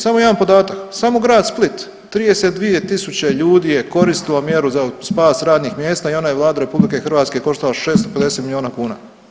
Samo jedan podatak, samo grad Split, 32 tisuće ljudi je koristilo mjeru za spas radnih mjesta i ona je Vladu RH koštala 650 milijuna kuna.